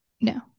No